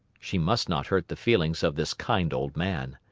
she must not hurt the feelings of this kind old man!